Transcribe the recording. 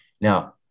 Now